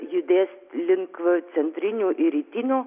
judės link centrinių ir rytinių